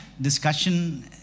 discussion